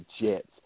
Jets